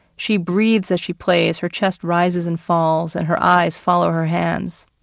she breathes as she plays, her chest rises and falls, and her eyes follow her hands.